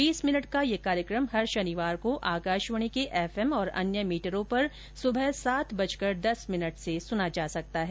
बीस मिनट का पत्रिका कार्यक्रम हर शनिवार को आकाशवाणी के एफ एम और अन्य मीटरों पर सुबह सात बजकर दस मिनट से सुना जा सकता है